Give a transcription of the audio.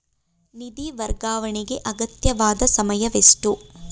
ನಿಧಿ ವರ್ಗಾವಣೆಗೆ ಅಗತ್ಯವಾದ ಸಮಯವೆಷ್ಟು?